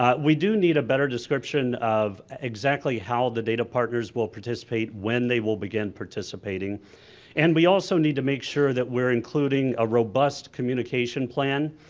um we do need a better description of exactly how the data partners will participate when they will begin participating and we also need to make sure that we're including a robust communication plan